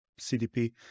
CDP